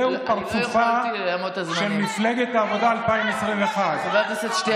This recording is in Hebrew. זהו פרצופה של מפלגת העבודה 2021. מצטערת,